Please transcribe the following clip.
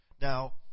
Now